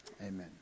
amen